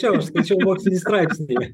jo aš skaičiau mokslinį straipsnį